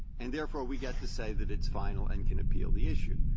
and therefore, we get to say that it's final and can appeal the issue.